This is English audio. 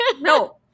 No